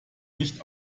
nicht